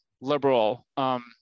liberal